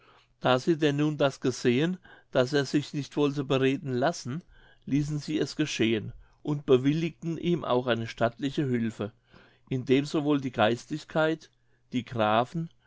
da sie denn nun das gesehen daß er sich nicht wollte bereden lassen ließen sie es geschehen und bewilligten ihm auch eine stattliche hülfe indem sowohl die geistlichkeit die grafen